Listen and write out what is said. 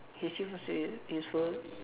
history was u~ useful